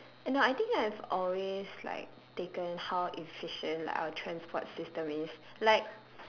no I think I've always like taken how efficient like our transport system is like